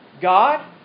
God